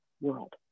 world